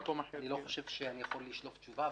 חושב שאני לא יכול לשלוף תשובה.